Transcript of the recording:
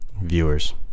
viewers